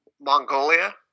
Mongolia